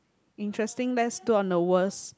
interesting let's do on the worst